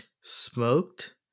smoked